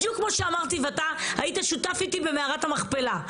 בדיוק כמו שאמרתי ואתה היית שותף איתי במערת המכפלה.